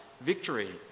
Victory